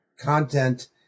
content